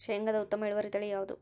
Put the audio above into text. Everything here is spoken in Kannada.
ಶೇಂಗಾದ ಉತ್ತಮ ಇಳುವರಿ ತಳಿ ಯಾವುದು?